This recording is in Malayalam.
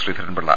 ശ്രീധരൻപിള്ള